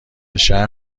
شهر